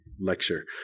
lecture